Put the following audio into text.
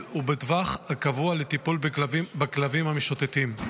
ובטווח הקבוע לטיפול בכלבים המשוטטים.